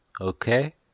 Okay